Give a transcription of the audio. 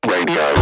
Radio